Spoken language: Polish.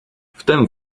wtem